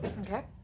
okay